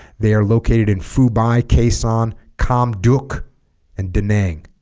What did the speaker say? they are located in fubai kaisan kamduk and da nang